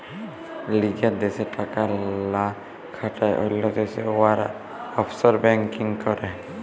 লিজের দ্যাশে টাকা লা খাটায় অল্য দ্যাশে উয়ারা অফশর ব্যাংকিং ক্যরে